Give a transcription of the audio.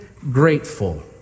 grateful